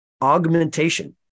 augmentation